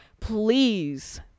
please